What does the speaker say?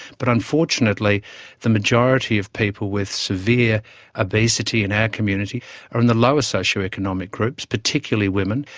but unfortunately the majority of people with severe obesity in our community are in the lower socio-economic groups, particularly women,